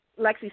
Lexi